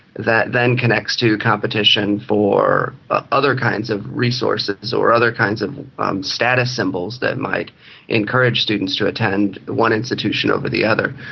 that then connects to competition for ah other kinds of resources or other kinds of status symbols that might encourage students to attend one institution over the other.